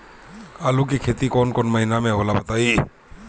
आलू के खेती कौन महीना में होला बताई?